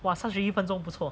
!wah! 三十一分钟不错